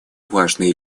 важные